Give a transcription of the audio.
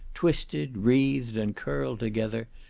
twisted, wreathed, and curled together,